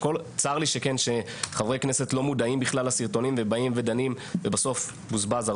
צר לי שחברי כנסת לא מודעים בכלל לסרטונים ובסוף בוזבז על